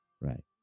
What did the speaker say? Right